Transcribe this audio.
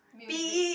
P_E